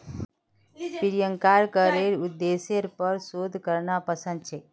प्रियंकाक करेर उद्देश्येर पर शोध करना पसंद छेक